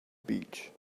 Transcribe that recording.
beach